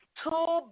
two